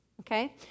Okay